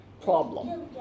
problem